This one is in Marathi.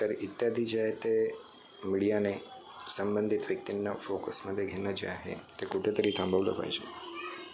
तर इत्यादी जे आहे ते मीडियाने संबंधित व्यक्तींना फोकसमध्ये घेणं जे आहे ते कुठेतरी थांबवलं पाहिजे